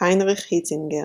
"היינריך היצינגר".